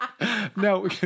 no